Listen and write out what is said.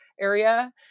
area